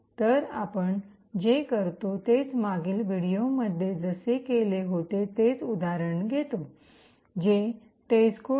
तर आपण जे करतो तेच आपण मागील व्हिडिओमध्ये जसे केले होते तेच उदाहरण घेतो जे टेस्टकोड